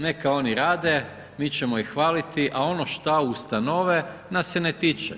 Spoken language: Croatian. Neka oni rade, mi ćemo ih hvaliti a ono šta ustanove nas ne tiče.